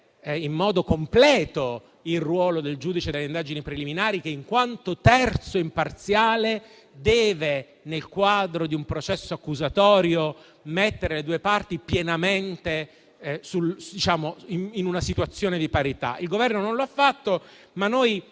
in modo completo il ruolo del giudice delle indagini preliminari che, in quanto terzo e imparziale, nel quadro di un processo accusatorio, deve mettere le due parti in una situazione di piena parità. Il Governo non lo ha fatto, ma